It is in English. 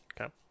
Okay